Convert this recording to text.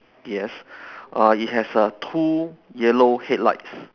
yes uh it has a two yellow headlights